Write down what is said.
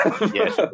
Yes